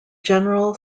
general